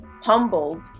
humbled